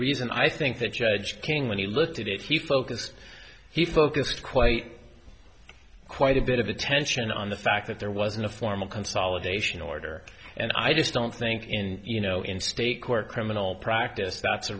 reason i think that judge king when he looked at it he focused he focused quite quite a bit of attention on the fact that there wasn't a formal consolidation order and i just don't think in you know in state court criminal practice that's a